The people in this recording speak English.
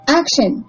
action